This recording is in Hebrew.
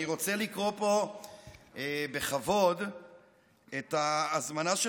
אני רוצה לקרוא פה בכבוד את ההזמנה של